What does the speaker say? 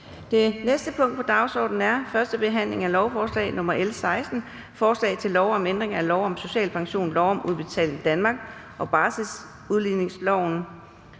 Det næste punkt på dagsordenen er: 6) 1. behandling af lovforslag nr. L 16: Forslag til lov om ændring af lov om social pension, lov om Udbetaling Danmark og barselsudligningsloven.